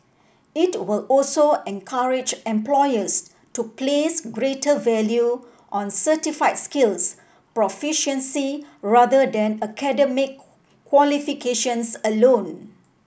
it will also encourage employers to place greater value on certified skills proficiency rather than academic qualifications alone